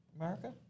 America